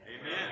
Amen